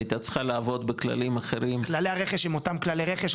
הייתה צריכה לעבוד בכללים אחרים --- כללי רכש הם אותם כללי רכש,